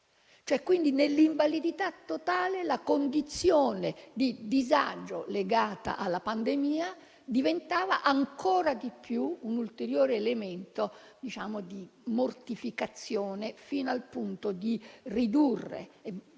Quindi nell'invalidità totale la condizione di disagio legata alla pandemia diventava ancora di più un ulteriore elemento di mortificazione, fino al punto di ridurre